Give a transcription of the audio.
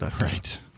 Right